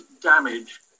damage